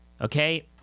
okay